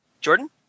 Jordan